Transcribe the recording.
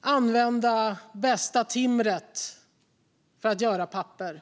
använda det bästa timret till att göra papper.